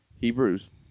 Hebrews